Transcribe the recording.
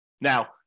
Now